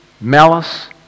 malice